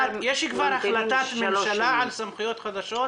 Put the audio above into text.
אבל יש כבר החלטת ממשלה על סמכויות חדשות?